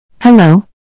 Hello